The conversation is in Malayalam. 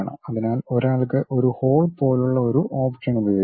അതിനാൽ ഒരാൾക്ക് ഒരു ഹോൾ പോലുള്ള ഒരു ഓപ്ഷൻ ഉപയോഗിക്കാം